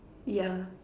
yeah